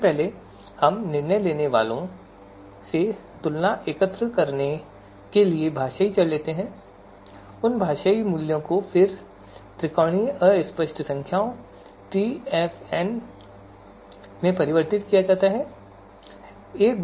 सबसे पहले हम निर्णय लेने वालों से तुलना एकत्र करने के लिए भाषाई चर लेते हैं और उन भाषाई मूल्यों को फिर त्रिकोणीय अस्पष्ट संख्याओं टीएफएन में परिवर्तित कर दिया जाता है